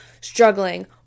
struggling